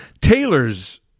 Taylor's